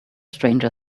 stranger